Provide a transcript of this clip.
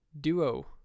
duo